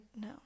No